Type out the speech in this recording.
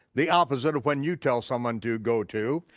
the opposite of when you tell someone to go to,